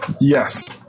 yes